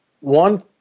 one